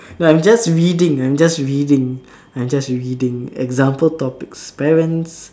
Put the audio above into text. I'm just reading I'm just reading I'm just reading example topics parents